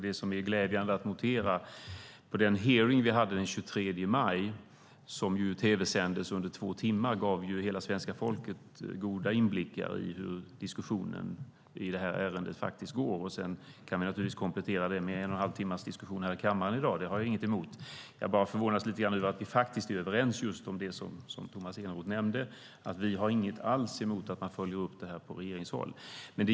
Det är glädjande att notera den två timmar långa tv-sända hearingen den 23 maj som gav hela svenska folket goda inblickar i hur diskussionen i ärendet går. Sedan kan vi naturligtvis komplettera hearingen med en och en halv timmas diskussion i kammaren i dag. Det har jag inget emot. Jag förvånas över att vi faktiskt är överens om det Tomas Eneroth nämnde, nämligen att vi inte har något alls emot att frågan följs upp från regeringen.